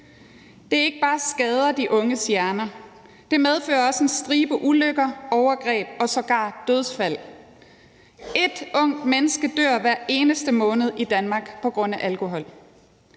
Det ikke bare skader de unges hjerner, det medfører også en stribe ulykker, overgreb og sågar dødsfald. Ét ungt menneske dør hver eneste måned i Danmark på grund af alkohol.